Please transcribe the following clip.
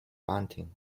bunting